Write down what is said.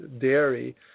dairy